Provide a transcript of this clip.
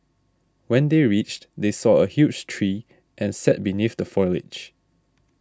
when they reached they saw a huge tree and sat beneath the foliage